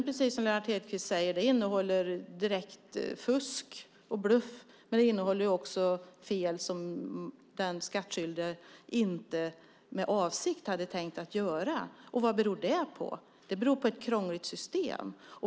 Precis som Lennart Hedquist säger är en del av skattefelen direkt fusk och bluff men det finns också fel som den skattskyldige inte med avsikt hade tänkt göra. Vad beror det på? Det beror på ett krångligt system.